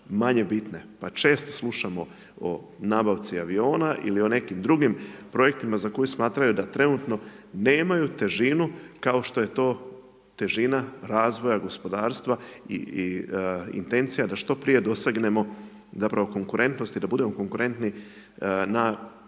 manje bitne, pa često slušamo o nabavci aviona ili o nekim drugim projektima, za koje smatraju da trenutno nemaju težinu kao što je to težina razvoja gospodarstva i intencija da što prije dosegnemo konkurentnost i da budemo konkurentni na